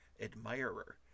admirer